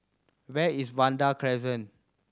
where is Vanda Crescent